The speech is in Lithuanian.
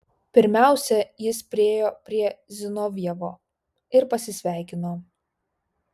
pirmiausia jis priėjo prie zinovjevo ir pasisveikino